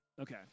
Okay